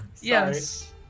Yes